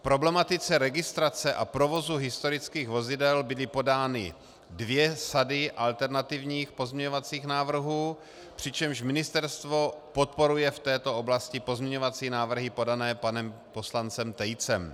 K problematice registrace a provozu historických vozidel byly podány dvě sady alternativních pozměňovacích návrhů, přičemž ministerstvo podporuje v této oblasti pozměňovací návrhy podané panem poslancem Tejcem.